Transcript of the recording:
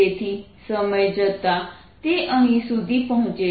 તેથી સમય જતાં તે અહીં સુધી પહોંચે છે